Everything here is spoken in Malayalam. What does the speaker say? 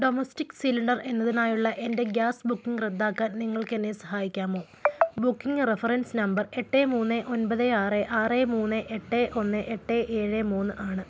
ഡൊമസ്റ്റിക് സിലിണ്ടർ എന്നതിനായുള്ള എൻ്റെ ഗ്യാസ് ബുക്കിംഗ് റദ്ദാക്കാൻ നിങ്ങൾക്ക് എന്നെ സഹായിക്കാമോ ബുക്കിംഗ് റഫറൻസ് നമ്പർ എട്ട് മൂന്ന് ഒമ്പത് ആറ് ആറ് മൂന്ന് എട്ട് ഒന്ന് എട്ട് ഏഴ് മൂന്ന് ആണ്